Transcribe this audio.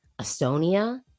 estonia